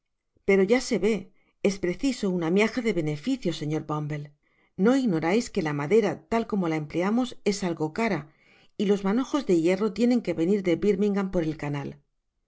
pero ya se ve es preciso una miaja de beneficio señor bumble no ignorais que la madera tal como la empleamos es algo cara y los manojos de hierro tienen que venir de birmingham por el canal